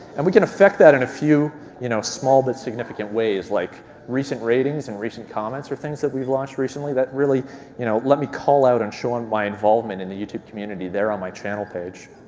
and we can affect that in a few you know small but significant ways, like recent ratings and recent comments are things that we've launched recently. that really you know let me call out and showing my involvement in the youtube community there on my channel page.